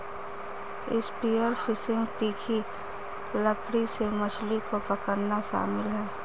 spear fishing तीखी लकड़ी से मछली को पकड़ना शामिल है